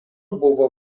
buvo